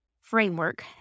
framework